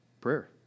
Prayer